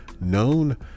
known